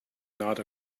not